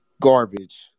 garbage